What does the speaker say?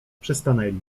przystanęli